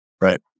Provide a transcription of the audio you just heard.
Right